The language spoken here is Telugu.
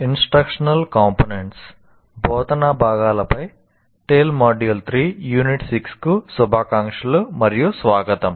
ఇంస్ట్రక్షనల్ కంపోనెంట్స్ బోధనా భాగాలపై TALE మాడ్యూల్ 3 యూనిట్ 6 కు శుభాకాంక్షలు మరియు స్వాగతం